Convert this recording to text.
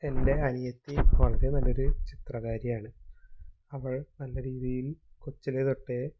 എൻ്റെ അനിയത്തി വളരെ നല്ലൊരു ചിത്രകാരിയാണ് അവൾ നല്ല രീതിയിൽ കൊച്ചിലേതൊട്ടേ